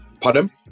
pardon